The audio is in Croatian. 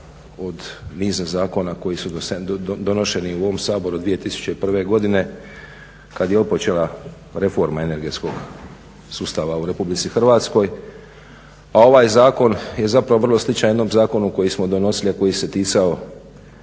od niza zakona koji su donošeni u ovom Saboru od 2001.godine kada je otpočela reforma energetskog sustava u RH, a ovaj zakon je zapravo vrlo sličan jednom zakonu koji smo donosili, a koji se ticao